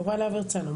להב הרצנו,